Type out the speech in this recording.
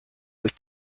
with